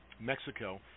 Mexico